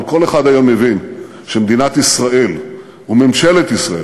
אבל כל אחד היום מבין שמדינת ישראל וממשלת ישראל